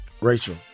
Rachel